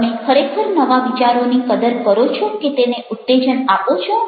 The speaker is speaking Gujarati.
તમે ખરેખર નવા વિચારોની કદર કરો છો કે તેને ઉત્તેજન આપો છો